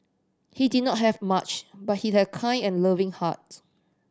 he did not have much but he had a kind and loving heart